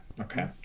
Okay